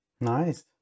Nice